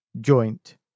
joint